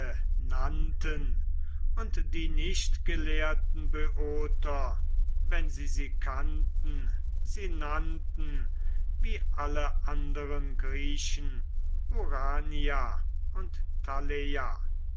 nannten und die nicht gelehrten böoter wenn sie sie kannten sie nannten wie alle anderen griechen urania und thaleia